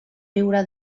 viure